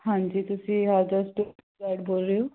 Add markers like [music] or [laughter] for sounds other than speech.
ਹਾਂਜੀ ਤੁਸੀਂ [unintelligible] ਗਾਈਡ ਬੋਲ ਰਹੇ ਹੋ